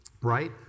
right